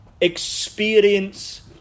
experience